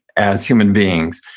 as human beings,